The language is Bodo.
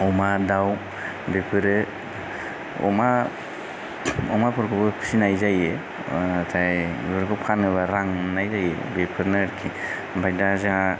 अमा दाउ बेफोरो अमा अमाफोरखौबो फिनाय जायो नाथाय बेफोरखौ फानोब्ला रां मोननाय जायो बेफोरनो आरोखि आमफ्राय दा जोंहा